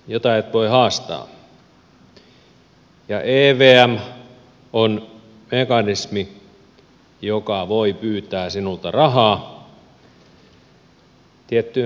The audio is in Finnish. ja evm on mekanismi joka voi pyytää sinulta rahaa tiettyyn rajaan asti